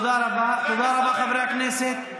לא מוכן לענות, תודה רבה, חברי הכנסת.